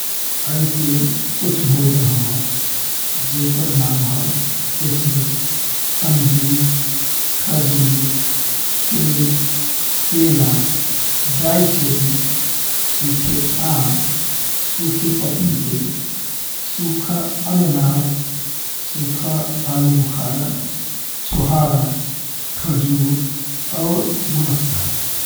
अइसन कुछ भोजान हवा जेकरे नाम है किसमिस, अंजीर, खजूर, सेब, केला, ड्राई चेरी, सुखा आम, सुखा पपीता, सुखा अनानास, सुखा आलूबुखारा, छुहारा, खजूर और मुनक्का।